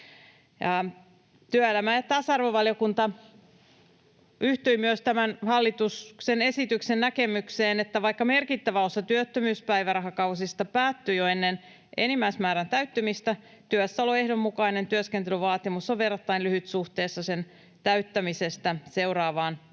Työelämä- ja tasa-arvovaliokunta yhtyi myös tämän hallituksen esityksen näkemykseen, että vaikka merkittävä osa työttömyyspäivärahakausista päättyy jo ennen enimmäismäärän täyttymistä, työssäoloehdon mukainen työskentelyvaatimus on verrattain lyhyt suhteessa sen täyttämisestä seuraavaan